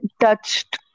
touched